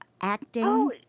acting